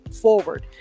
forward